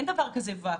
אין דבר כזה ואקום.